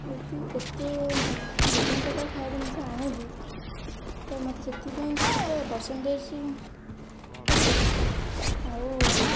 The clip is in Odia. ଯଦି ଏତେ ବିଭିନ୍ନ ପ୍ରକାର ଖାଇବା ଜିନିଷ ଆଣିବି ତ ମୋତେ ସେଥିପାଇଁ କିଛି ତ ପରସେଣ୍ଟଜ୍ କରିବେ ଆଉ